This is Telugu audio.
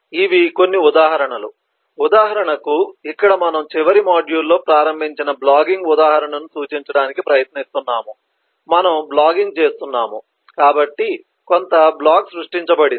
ఇవి కొన్ని ఉదాహరణలు ఉదాహరణకు ఇక్కడ మనము చివరి మాడ్యూల్లో ప్రారంభించిన బ్లాగింగ్ ఉదాహరణను సూచించడానికి ప్రయత్నిస్తున్నాము మనము బ్లాగింగ్ చేస్తున్నాము కాబట్టి కొంత బ్లాగ్ సృష్టించబడింది